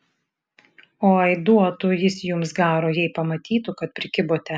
oi duotų jis jums garo jei pamatytų kad prikibote